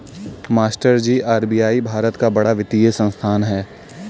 मास्टरजी आर.बी.आई भारत का बड़ा वित्तीय संस्थान है